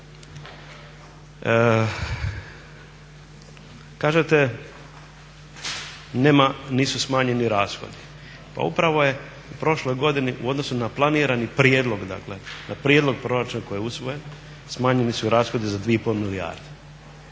Kažete nema, nisu smanjeni rashodi, pa upravo je u prošloj godini u odnosu na planirani prijedlog dakle na prijedlog proračuna koji je usvojen smanjeni su rashodi za 2,5 milijarde.